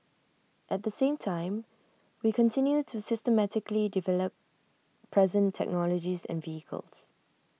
at the same time we continue to systematically develop present technologies and vehicles